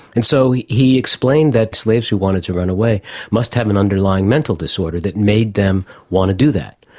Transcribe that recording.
and so he he explained that slaves who wanted to run away must have an underlying mental disorder that made them want to do that.